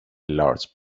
large